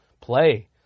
play